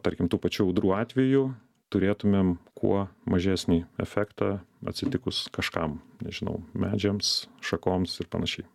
tarkim tų pačių audrų atveju turėtumėm kuo mažesnį efektą atsitikus kažkam nežinau medžiams šakoms ir panašiai